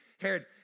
Herod